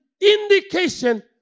indication